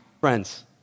Friends